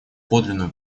подлинную